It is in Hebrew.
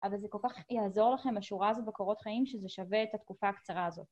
אבל זה כל כך יעזור לכם לשורה הזאת בקורות חיים שזה שווה את התקופה הקצרה הזאת.